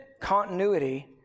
continuity